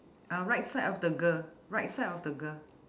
uh right side of the girl right side of the girl